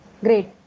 Great